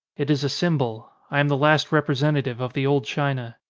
it is a symbol. i am the last representative of the old china.